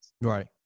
right